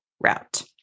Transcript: route